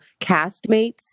castmates